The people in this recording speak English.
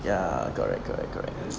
ya correct correct correct